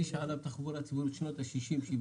מי שעלה בתחבורה ציבורית בשנות השישים-שבעים,